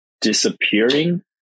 disappearing